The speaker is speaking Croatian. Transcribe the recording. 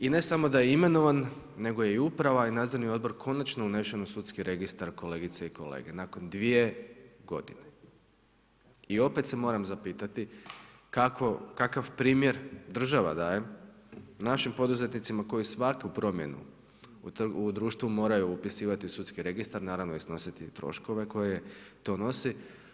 I ne samo da je imenovan, nego je uprava i nadzorni odbor, konačno unesen u sudski registar kolegice i kolege, nakon 2 g. I opet se moram zapitati, kakav primjer država daje, našim poduzetnicima, koju svaku promjenu u društvu moraju upisivati u sudski registar, naravno iznositi troškove, koje to nosi.